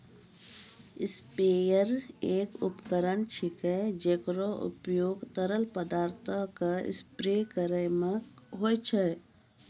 sprayer एक उपकरण छिकै, जेकरो उपयोग तरल पदार्थो क स्प्रे करै म होय छै